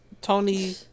Tony